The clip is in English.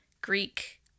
Greek